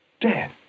Dead